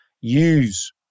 use